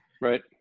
right